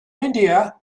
india